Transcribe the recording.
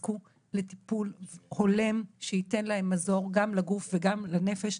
יזכו לטיפול הולם שייתן להם מזור גם לגוף וגם לנפש,